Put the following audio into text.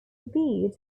viewed